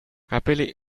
happily